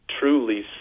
truly